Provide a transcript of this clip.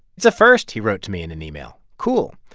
it's a first, he wrote to me in an email, cool.